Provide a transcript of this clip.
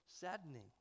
saddening